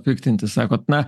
piktintis sakot na